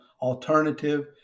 alternative